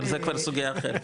אבל זו כבר סוגייה אחרת.